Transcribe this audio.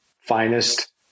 finest